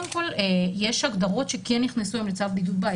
קודם כל יש הגדרות שכן נכנסו היום לצו בידוד בית.